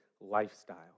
lifestyle